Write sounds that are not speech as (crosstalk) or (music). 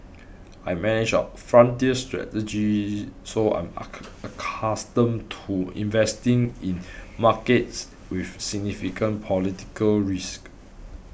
I manage our frontier strategy so I'm (unintelligible) accustomed to investing in markets with significant political risk